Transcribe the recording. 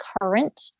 current